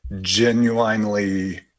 genuinely